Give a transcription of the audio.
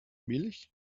milch